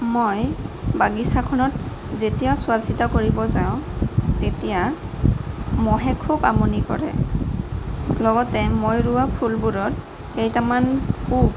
মই বাগিছাখনত যেতিয়া চোৱা চিতা কৰিব যাওঁ তেতিয়া মহে খুব আমনি কৰে লগতে মই ৰোৱা ফুলবোৰত কেইটামান পোক